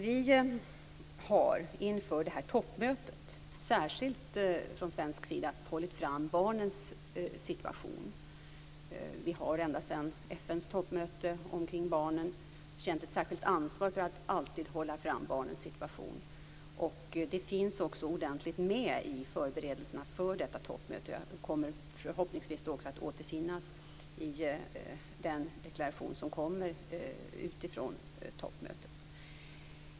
Vi har inför det här toppmötet från svensk sida särskilt hållit fram barnens situation. Vi har ända sedan FN:s toppmöte om barnen känt ett särskilt ansvar för att alltid hålla fram barnens situation. Det finns också ordentligt med i förberedelserna för detta toppmöte. Det kommer förhoppningsvis också att återfinnas i den deklaration som kommer ut av toppmötet.